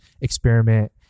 experiment